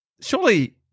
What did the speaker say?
surely